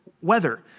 weather